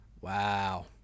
Wow